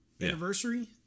anniversary